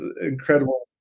incredible